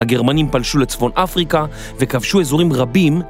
הגרמנים פלשו לצפון אפריקה וכבשו אזורים רבים